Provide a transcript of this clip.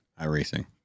iRacing